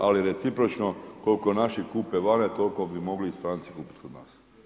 Ali recipročno koliko naši kupe vani, toliko bi mogli i stranci kupiti kod nas.